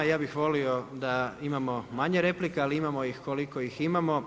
Ja bih volio da imamo manje replika, ali imamo ih koliko ih imamo.